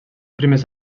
primers